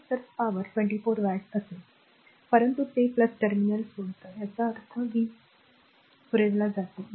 तर पीp 24 वॅट असेल परंतु ते टर्मिनल सोडत आहे याचा अर्थ वीज पुरवली